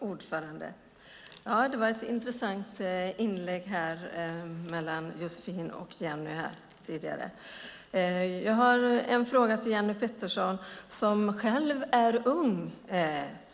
Herr talman! Det var ett intressant replikskifte mellan Josefin Brink och Jenny Petersson här tidigare. Jag har en fråga till Jenny Petersson som själv är ung.